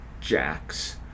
Jack's